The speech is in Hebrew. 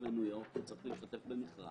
לניו יורק כי הוא צריך להשתתף במכרז.